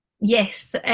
Yes